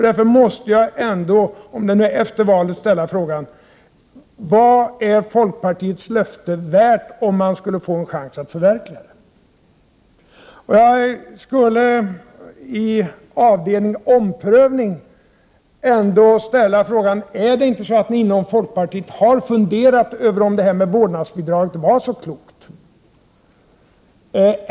Därför måste jag ändå, även om det nu är efter valet, ställa frågan: Vad är folkpartiets löfte värt om ni skulle få en chans att förverkliga det? Jag skulle inom avdelningen omprövningar ändå vilja ställa frågan: Har ni inte inom folkpartiet funderat över om förslaget till vårdnadsbidrag var så klokt?